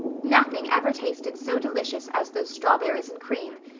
nothing ever tasted so delicious as those strawberries and cream,